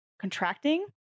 contracting